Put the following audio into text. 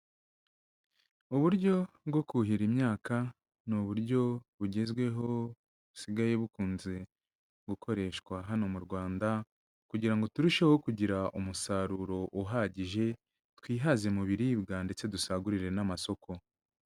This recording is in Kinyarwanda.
Uburyo bwo kuhira imyaka ni uburyo bugezweho busigaye bukunze gukoreshwa hano mu Rwanda kugira ngo turusheho kugira umusaruro uhagije, twihaze mu biribwa ndetse dusagurire n'amasoko.